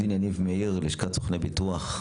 עו"ד יניב מאיר, לשכת סוכני ביטוח.